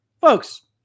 folks